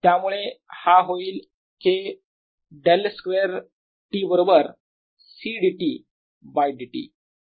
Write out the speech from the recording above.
त्यामुळे हा होईल K ▽2 T बरोबर C dT बाय dt